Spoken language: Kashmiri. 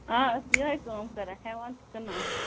آ یہَے کٲم کَران ہٮ۪وان تہٕ کٕنان